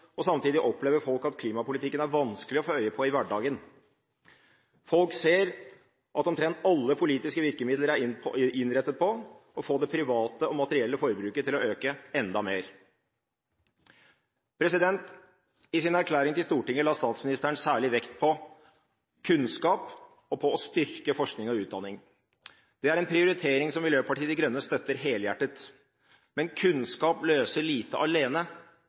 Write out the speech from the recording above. nyttårstaler. Samtidig opplever folk at klimapolitikken er vanskelig å få øye på i hverdagen. Folk ser at omtrent alle politiske virkemidler er innrettet på å få det private og materielle forbruket til å øke enda mer. I sin erklæring til Stortinget la statsministeren særlig vekt på kunnskap og på å styrke forskning og utdanning. Det er en prioritering som Miljøpartiet De Grønne støtter helhjertet. Men kunnskap løser lite alene.